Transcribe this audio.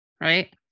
right